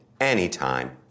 anytime